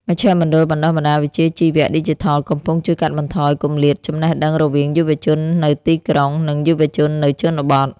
មជ្ឈមណ្ឌលបណ្តុះបណ្តាលវិជ្ជាជីវៈឌីជីថលកំពុងជួយកាត់បន្ថយគម្លាតចំណេះដឹងរវាងយុវជននៅទីក្រុង និងយុវជននៅជនបទ។